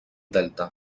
delta